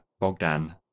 Bogdan